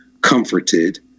comforted